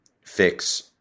fix